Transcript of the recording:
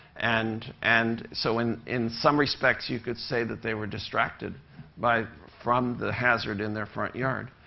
and and so, in in some respects, you could say that they were distracted by from the hazard in their front yard.